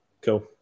Cool